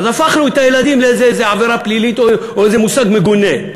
אז הפכנו את הילדים לאיזה עבירה פלילית או איזה מושג מגונה.